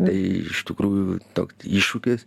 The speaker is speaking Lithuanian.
tai iš tikrųjų toks iššūkis